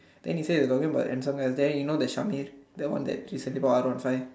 then he said they talking about handsome guys then you know the Shamir's that one that he suddenly got